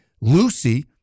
Lucy